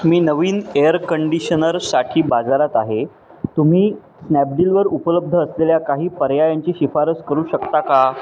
मी नवीन एअर कंडिशनरसाठी बाजारात आहे तुम्ही स्नॅपडीलवर उपलब्ध असलेल्या काही पर्यायांची शिफारस करू शकता का